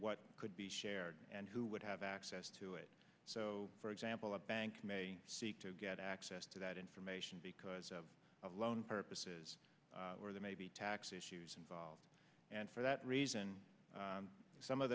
what could be shared and who would have access to it so for example a bank may seek to get access to that information because of loan purposes or there may be tax issues involved and for that reason some of